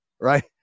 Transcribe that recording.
Right